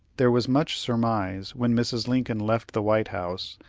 there was much surmise, when mrs. lincoln left the white house,